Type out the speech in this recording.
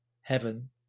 heaven